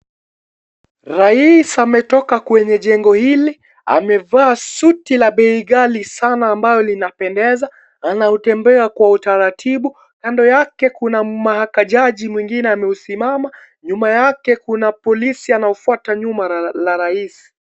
Rais ametoka kwenye jengo hili amevaa suti la bei ghali sana ambalo linapendeza, anatembea kwa utaratibu. Kando yake kuna mahakajaji ambaye amesimama, nyuma yake kuna polisi anafuata nyuma ya Rais.